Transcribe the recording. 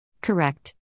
Correct